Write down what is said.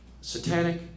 satanic